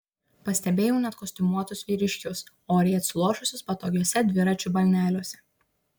pastebėjau net kostiumuotus vyriškius oriai atsilošusius patogiuose dviračių balneliuose